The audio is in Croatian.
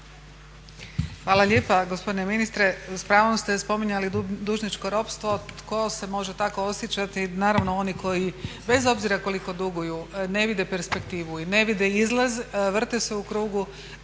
Hvala lijepa. Gospodine ministre s pravom ste spominjali dužničko ropstvo, tko se može tako osjećati naravno oni koji bez obzira koliko duguju ne vide perspektivu i ne vide izlaz, vrte se u krugu,